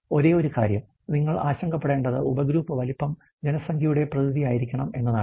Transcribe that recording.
ഒരേയൊരു കാര്യം നിങ്ങൾ ആശങ്കപ്പെടേണ്ടത് ഉപഗ്രൂപ്പ് വലുപ്പം ജനസംഖ്യയുടെ പ്രതിനിധിയായിരിക്കണം എന്നതാണ്